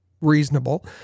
reasonable